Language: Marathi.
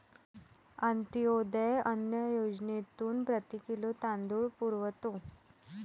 अंत्योदय अन्न योजनेतून प्रति किलो तांदूळ पुरवतो